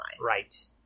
Right